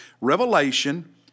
Revelation